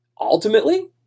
ultimately